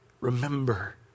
remember